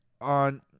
on